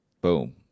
Boom